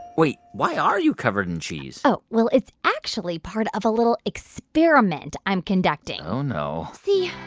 wait. why are you covered in cheese? oh, well, it's actually part of a little experiment i'm conducting oh, no see,